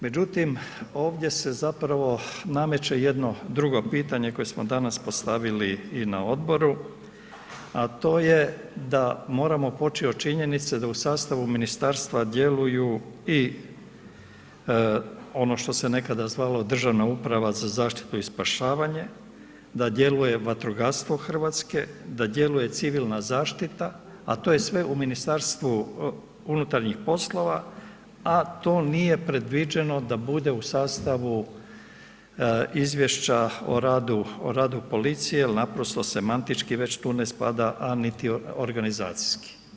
Međutim, ovdje se zapravo nameće jedno drugo pitanje koje smo danas postavili i na odboru, a to je da moramo poći od činjenice da u sastavu ministarstva djeluju i ono što se nekada zvalo Državna uprava za zaštitu i spašavanje, da djeluje vatrogastvo Hrvatske, da djeluje civilna zaštita, a to je sve u MUP-u, a to nije predviđeno da bude u sastavu izvješća o radu policije jer naprosto semantički već tu ne spada, a niti organizacijski.